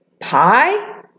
Pie